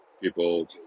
people